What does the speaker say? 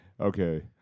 Okay